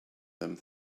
them